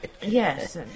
Yes